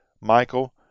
Michael